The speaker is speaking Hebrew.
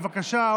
בבקשה,